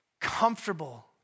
comfortable